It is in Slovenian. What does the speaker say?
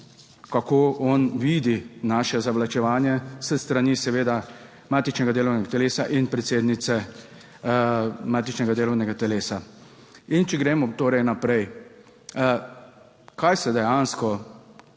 kako on vidi naše zavlačevanje s strani seveda matičnega delovnega telesa in predsednice matičnega delovnega telesa. In če gremo torej naprej. Kaj se dejansko,